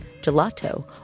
gelato